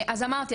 אז אמרתי,